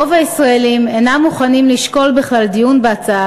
רוב הישראלים אינם מוכנים לשקול בכלל דיון בהצעה